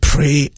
Pray